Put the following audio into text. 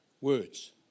Words